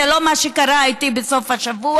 זה לא מה שקרה איתי בסוף השבוע,